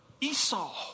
Esau